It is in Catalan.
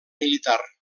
militar